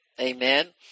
Amen